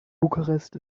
bukarest